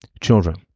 children